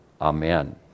Amen